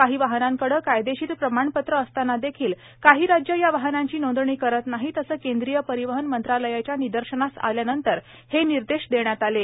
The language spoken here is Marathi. काही वाहनांकडे कायदेशीर प्रमाणपत्र असताना देखील काही राज्य या वाहनांची नोंदणी करत नाही असं केंद्रीय परिवहन मंत्रालयाच्या निदर्शनास आल्यानंतर हे निर्देश देण्यात आले आहेत